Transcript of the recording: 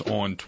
on